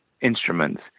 instruments